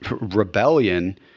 rebellion